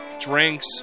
drinks